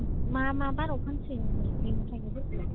मा मा बाराव फानसोयो नोंलाय मैगं थाइगं फोरखौलाय